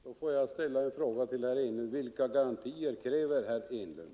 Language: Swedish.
Herr talman! Då måste jag ställa en fråga: Vilka garantier kräver herr Enlund?